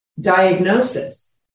diagnosis